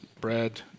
bread